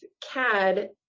CAD